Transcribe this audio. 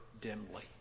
dimly